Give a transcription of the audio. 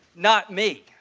not me.